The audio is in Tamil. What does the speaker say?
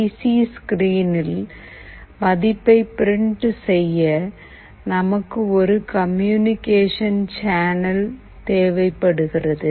பி சி ஸ்க்ரீனில் மதிப்பை பிரிண்ட் செய்ய நமக்கு ஒரு கம்யூனிகேஷன் சேனல் தேவைப்படுகிறது